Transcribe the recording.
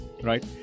right